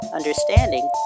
understanding